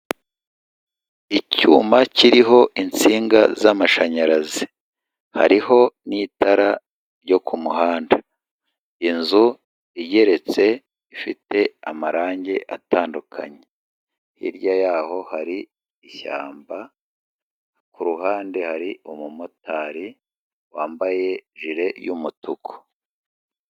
Icyuma kiriho insinga z'amashanyarazi, hariho n'itara ryo kumuhanda, inzu igeretse ifite amarangi atandukanye, hirya yaho hari ishyamba, ku ruhande hari umu motari wambaye jire y'umutuku.